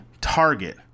target